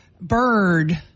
bird